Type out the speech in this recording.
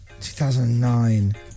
2009